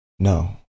No